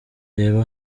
reba